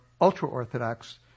ultra-Orthodox